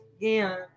again